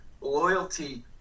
loyalty